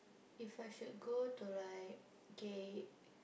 if I should go to like K